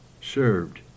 served